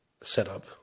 setup